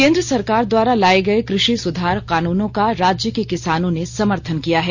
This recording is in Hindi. केन्द्र सरकार द्वारा लाए गए कृषि सुधार कानूनों का राज्य के किसानों ने समर्थन किया है